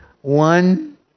one